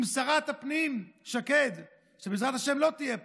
עם שרת הפנים שקד, שבעזרת השם לא תהיה פה,